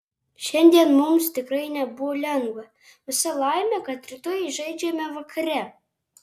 šiandien mums tikrai nebuvo lengva visa laimė kad rytoj žaidžiame vakare